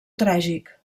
tràgic